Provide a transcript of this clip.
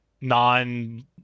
non